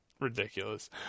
ridiculous